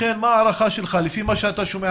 רק השנה פתחנו שלושה בתי ספר חדשים,